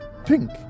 pink